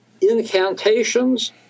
incantations